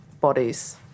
bodies